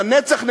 לנצח נצחים,